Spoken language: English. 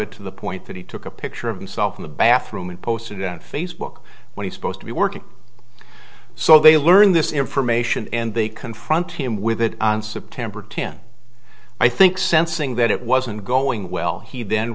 it to the point that he took a picture of himself in the bathroom and posted on facebook when he's supposed to be working so they learn this information and they confront him with it on september tenth i think sensing that it wasn't going well he